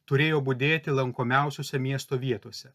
turėjo budėti lankomiausiose miesto vietose